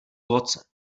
ovoce